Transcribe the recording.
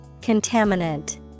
Contaminant